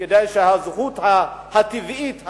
כדי שהזכות הטבעית,